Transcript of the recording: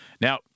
Now